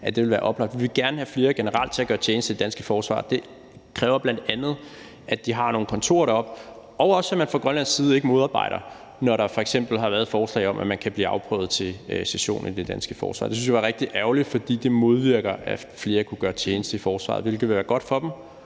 at det ville være oplagt. Vi vil generelt gerne have flere til at gøre tjeneste i det danske forsvar, og det kræver bl.a., at de har nogle kontorer deroppe, og at man fra grønlandsk side ikke modarbejder det, når der f.eks. er et forslag om, at man kan blive afprøvet til session i det danske forsvar. Det synes jeg er rigtig ærgerligt, for det modvirker, at flere kunne gøre tjeneste i forsvaret, hvilket ellers ville være godt for dem